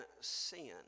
sin